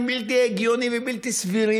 בלתי הגיוניים ובלתי סבירים,